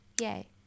Yay